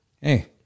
hey